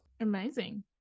Amazing